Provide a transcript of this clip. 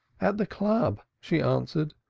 at the club, she answered.